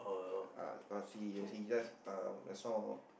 uh uh cause he he just uh just now